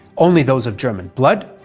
only those of german blood,